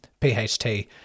PHT